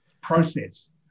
process